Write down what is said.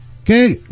okay